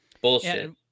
Bullshit